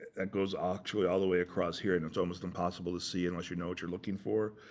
that goes actually all the way across here and it's almost impossible to see, unless you know what you're looking for.